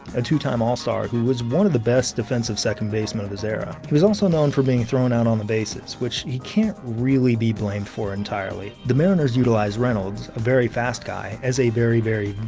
a two-time all-star who was one of the best defensive second basemen of his era. he was also known for being thrown out on the bases, which he can't really be blamed for entirely. the mariners utilized reynolds, a very fast guy, as a very, very,